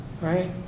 right